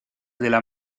della